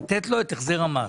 לתת לו את החזר המס.